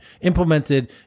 implemented